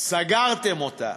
סגרתם אותה.